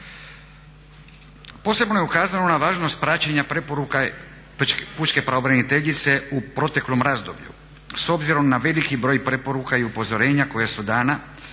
Posebno je ukazano na važnost praćenja preporuka pučke pravobraniteljice u proteklom razdoblju s obzirom na veliki broj preporuka i upozorenja koja su dana